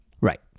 Right